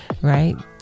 Right